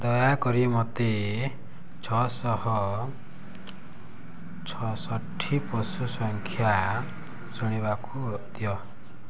ଦୟାକରି ମୋତେ ଛଅଶହ ଛଅଷଠି ପଶୁ ସଂଖ୍ୟା ଶୁଣିବାକୁ ଦିଅ